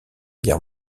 guerre